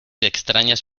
extrañas